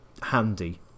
handy